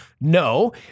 No